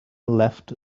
left